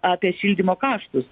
apie šildymo kaštus